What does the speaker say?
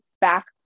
back